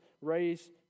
raised